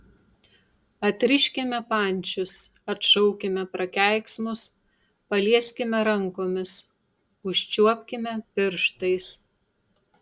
atriškime pančius atšaukime prakeiksmus palieskime rankomis užčiuopkime pirštais